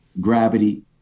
Gravity